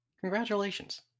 Congratulations